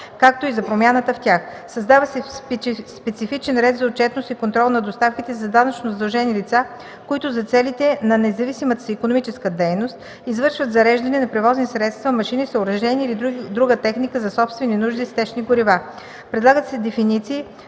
както и за промяната в тях; - създава се специфичен ред за отчетност и контрол на доставките за данъчно задължени лица, които за целите на независимата си икономическа дейност извършват зареждане на превозни средства, машини, съоръжения или друга техника за собствени нужди с течни горива; - предлагат се дефиниции